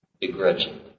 begrudgingly